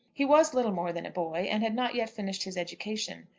he was little more than a boy, and had not yet finished his education.